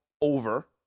over